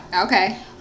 okay